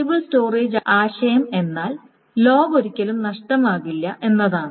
stable storage ആശയം എന്തെന്നാൽ log ഒരിക്കലും നഷ്ടമാകില്ല എന്നതാണ്